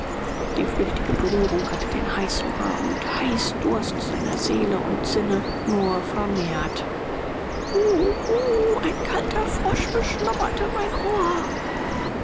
die flüchtige berührung hatte den heißhunger und heißdurst seiner seele und sinne nur vermehrt uh uh ein kalter frosch beschnoberte mein ohr